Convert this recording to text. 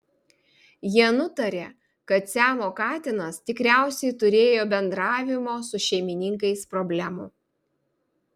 jie nutarė kad siamo katinas tikriausiai turėjo bendravimo su šeimininkais problemų